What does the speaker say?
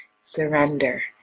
Surrender